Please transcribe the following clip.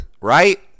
Right